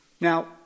Now